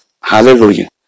Hallelujah